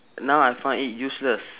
now I find it useless